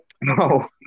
no